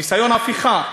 ניסיון הפיכה.